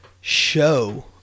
show